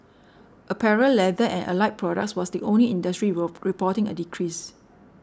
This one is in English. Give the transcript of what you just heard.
apparel leather and allied products was the only industry raw reporting a decrease